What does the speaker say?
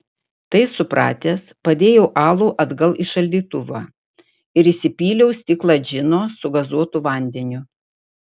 tai supratęs padėjau alų atgal į šaldytuvą ir įsipyliau stiklą džino su gazuotu vandeniu